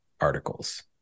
articles